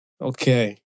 Okay